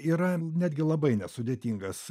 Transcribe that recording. yra netgi labai nesudėtingas